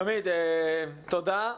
שלומי, תודה.